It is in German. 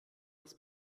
das